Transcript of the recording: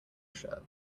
shirt